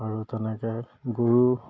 আৰু তেনেকৈ গৰু